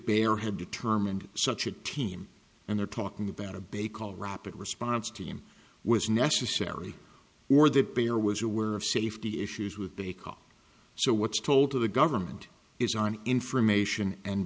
bayer had determined such a team and they're talking about a bay call rapid response team was necessary or that bayer was aware of safety issues with a call so what's told to the government is on information and